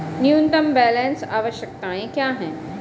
न्यूनतम बैलेंस आवश्यकताएं क्या हैं?